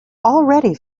already